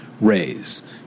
Rays